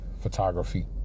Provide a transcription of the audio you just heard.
photography